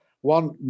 one